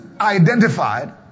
identified